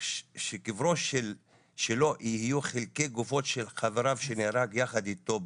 שבקברו שלו יהיו חלקי גופם של חברו שנהרג יחד איתו בתקרית,